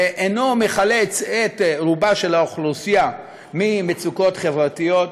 ואינו מחלץ את רובה של האוכלוסייה ממצוקות חברתיות,